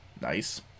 Nice